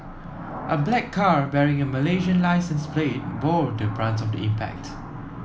a black car bearing a Malaysian licence plate bore the brunt of the impact